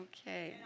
Okay